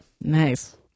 Nice